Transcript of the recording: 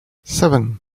seven